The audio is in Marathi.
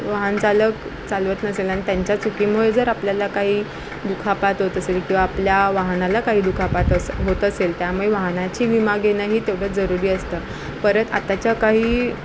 वाहनचालक चालवत नसेल आणि त्यांच्या चुकीमुळे जर आपल्याला काही दुखापत होत असेल किंवा आपल्या वाहनाला काही दुखापत असं होत असेल त्यामुळे वाहनाची विमा घेणंही तेवढंच जरुरी असतं परत आताच्या काही